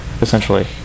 essentially